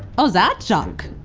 oh, that junk?